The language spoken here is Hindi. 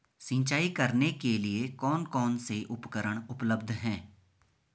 सिंचाई करने के लिए कौन कौन से उपकरण उपलब्ध हैं?